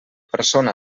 persona